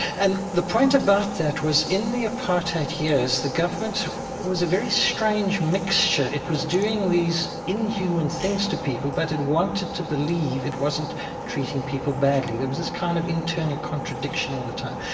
and the point about that was in the apartheid years, the government was a very strange mixture. it was doing these inhuman things to people, but it wanted to believe it wasn't treating people badly. there was this kind of internal contradiction all the time.